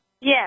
Yes